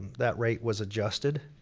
that rate was adjusted.